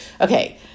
Okay